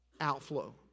outflow